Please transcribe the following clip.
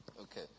Okay